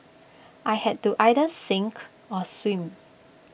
I had to either sink or swim